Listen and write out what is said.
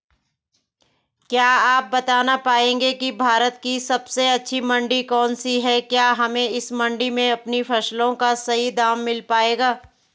क्या आप बताना पाएंगे कि भारत की सबसे अच्छी मंडी कौन सी है क्या हमें इस मंडी में अपनी फसलों का सही दाम मिल पायेगा?